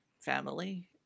family